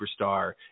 superstar